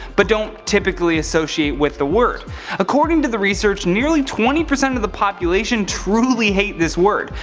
but dont typically associate with the word according to the research nearly twenty percent of the population truly hate this word,